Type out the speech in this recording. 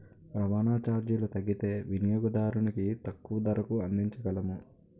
రవాణా చార్జీలు తగ్గితే వినియోగదానికి తక్కువ ధరకు అందించగలము